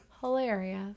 Hilarious